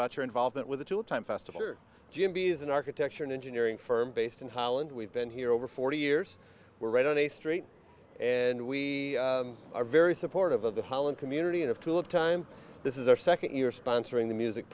about your involvement with the two time festival g m b is an architecture and engineering firm based in holland we've been here over forty years we're right on the street and we are very supportive of the holland community and of tulip time this is our second year sponsoring the music